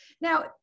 Now